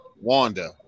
Wanda